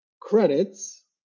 credits